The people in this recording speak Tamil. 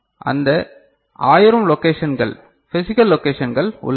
அந்த 1000 லொகேஷன்கள் பிசிகல் லொகேஷன்கள் உள்ளன